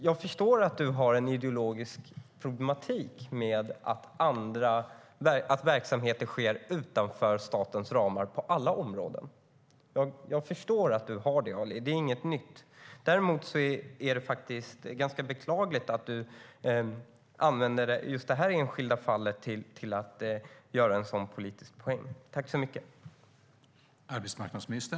Jag förstår att du har en ideologisk problematik, Ali Esbati, med att det finns verksamheter på alla områden som drivs utanför statens ramar. Jag förstår verkligen att du har det, Ali, och det är inget nytt. Däremot är det ganska beklagligt att du gör en politisk poäng av det här enskilda fallet.